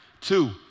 Two